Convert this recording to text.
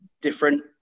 different